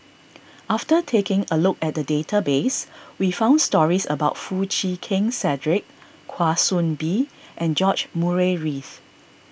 after taking a look at the database we found stories about Foo Chee Keng Cedric Kwa Soon Bee and George Murray Reith